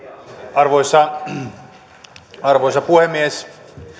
arvoisa arvoisa puhemies